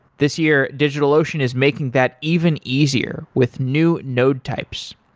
this year, digitalocean is making that even easier with new node types.